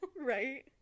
Right